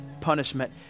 punishment